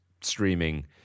streaming